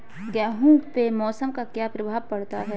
गेहूँ पे मौसम का क्या प्रभाव पड़ता है?